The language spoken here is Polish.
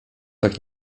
tak